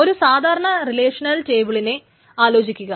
ഒരു സാധാരണ റിലേഷനൽ ടേബിളിനെ ആലോചിക്കുക